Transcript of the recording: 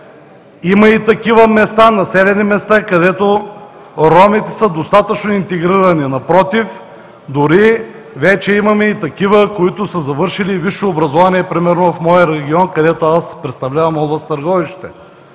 Има и такива населени места, където ромите са достатъчно интегрирани. Напротив, дори вече имаме и такива, които са завършили висше образование, примерно в моя регион, където аз представлявам област Търговище